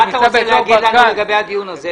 מה אתה רוצה לומר לנו לגבי הדיון הזה?